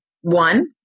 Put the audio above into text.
one